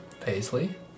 Paisley